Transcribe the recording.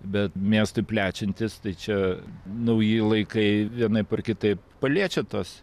bet miestui plečiantis tai čia nauji laikai vienaip ar kitaip paliečia tuos